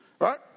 Right